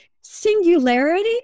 singularity